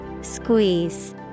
Squeeze